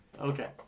Okay